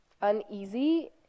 uneasy